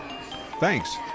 Thanks